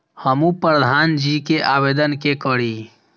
हमू प्रधान जी के आवेदन के करी?